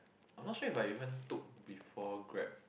I'm not sure if I even took before Grab